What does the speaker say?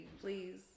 please